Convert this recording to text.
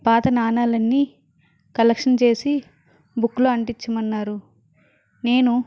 పాత నాణెలు అన్నీ కలెక్షన్ చేసి బుక్కు లో అంటించమన్నారు నేను